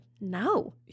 no